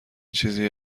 چیزی